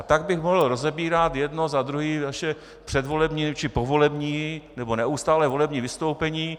A tak bych mohl rozebírat jedno za druhým, předvolební či povolební nebo neustálé volební vystoupení.